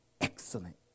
excellent